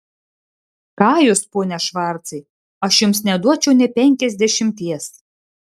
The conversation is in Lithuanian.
ką jūs pone švarcai aš jums neduočiau nė penkiasdešimties